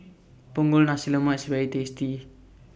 Punggol Nasi Lemak IS very tasty